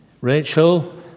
Rachel